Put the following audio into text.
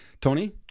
Tony